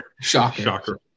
Shocker